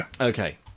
Okay